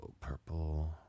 purple